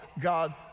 God